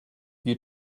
you